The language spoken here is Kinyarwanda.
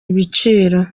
ibiciro